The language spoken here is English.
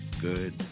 good